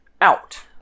out